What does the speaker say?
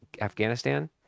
Afghanistan